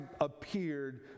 appeared